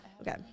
okay